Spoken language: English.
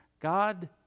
God